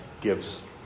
gives